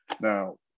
Now